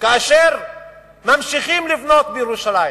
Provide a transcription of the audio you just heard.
כאשר ממשיכים לבנות בירושלים?